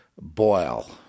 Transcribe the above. boil